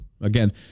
Again